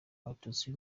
abatutsi